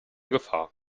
gefahr